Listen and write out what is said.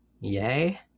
Yay